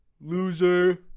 loser